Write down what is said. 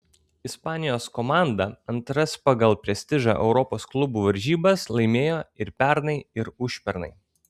ispanijos komanda antras pagal prestižą europos klubų varžybas laimėjo ir pernai ir užpernai